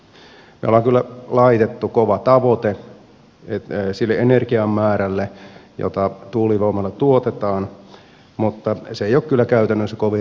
me olemme kyllä laittaneet kovan tavoitteen sille energian määrälle jota tuulivoimalla tuotetaan mutta se ei ole kyllä käytännössä kovin realistinen